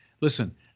Listen